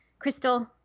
Crystal